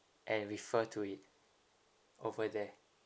and refer to it over there